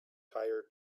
tire